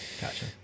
Gotcha